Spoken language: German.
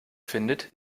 findet